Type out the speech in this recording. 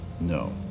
No